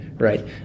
Right